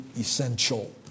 essential